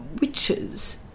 witches